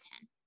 ten